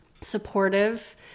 supportive